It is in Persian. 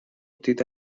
دیده